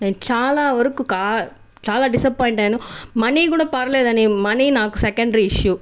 నేను చాలా వరకు కా చాలా డిసప్పోయింట్ అయ్యాను మనీ కూడా పర్లేదు అండీ మనీ నాకు సెకండరీ ఇష్యూ